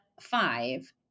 five